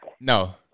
No